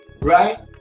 Right